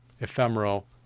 ephemeral